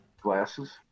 glasses